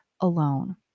alone